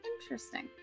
interesting